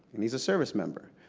and he is a service member.